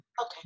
Okay